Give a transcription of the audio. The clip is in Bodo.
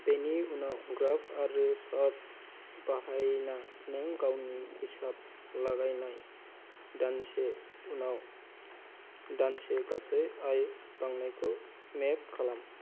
बेनि उनाव ग्राफ आरो चार्ट बाहायना नों गावनि हिसाब लागायनाय दानसे उनाव दानसे गासै आय बांनायखौ मेप खालाम